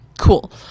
Cool